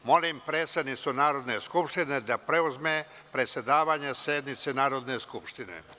Molim predsednicu Narodne skupštine da preuzme predsedavanje sednici Narodne skupštine.